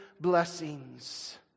blessings